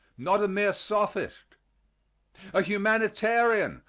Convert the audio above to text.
not a mere sophist a humanitarian,